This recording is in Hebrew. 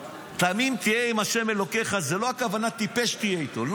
"תמים תהיה עם השם אלוקיך" לא הכוונה שתהיה איתו טיפש,